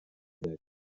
داریم